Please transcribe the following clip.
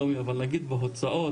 שלומי, אבל נגיד בהוצאות,